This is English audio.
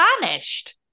vanished